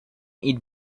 eat